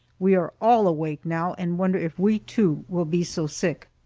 we are all awake now, and wonder if we, too, will be so sick.